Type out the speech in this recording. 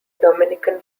dominican